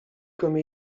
comme